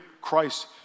Christ